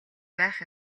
байх